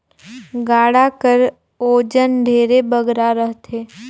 गाड़ा कर ओजन ढेरे बगरा रहथे